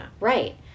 Right